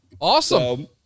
Awesome